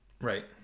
Right